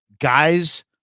guys